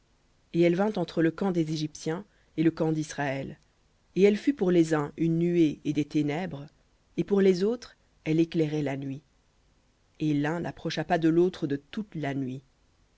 et elle vint entre le camp des égyptiens et le camp d'israël et elle fut une nuée et des ténèbres et elle éclairait la nuit et l'un n'approcha pas de l'autre de toute la nuit